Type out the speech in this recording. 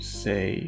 say